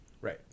Right